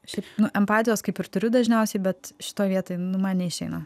šiaip nu empatijos kaip ir turiu dažniausiai bet šitoj vietoj nu man neišeina